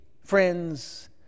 friends